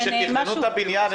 היא כמו דירקטוריון.